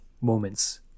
moments